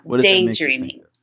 Daydreaming